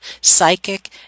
psychic